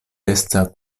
estas